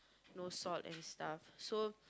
no salt and stuff